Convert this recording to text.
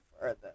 further